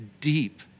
deep